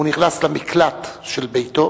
הוא נכנס למקלט של ביתו,